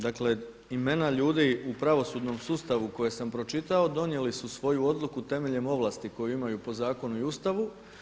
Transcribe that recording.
Dakle imena ljudi u pravosudnom sustavu koje sam pročitao donijeli su svoju odluku temeljem ovlasti koju imaju po zakonu i Ustavu.